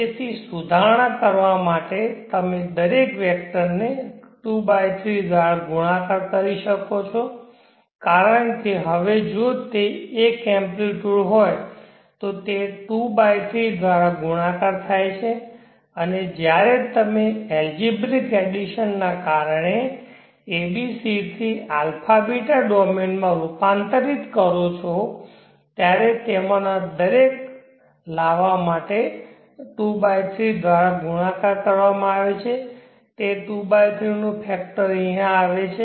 તેથી તે સુધારણા કરવા માટે તમે દરેક વેક્ટરને 23 દ્વારા ગુણાકાર કરી શકો છો કારણ કે હવે જો તે એક એમ્પ્લિટ્યુડ્સ હોય તો તે 23 દ્વારા ગુણાકાર થાય છે અને જ્યારે તમે એલ્જીબ્રીક એડિશન ને કારણે abc થી αβ ડોમેનમાં રૂપાંતરિત છો ત્યારે તેમાંના દરેકને લાવવા માટે 23 દ્વારા ગુણાકાર કરવામાં આવે છે તે 32 નો ફેક્ટર આવે છે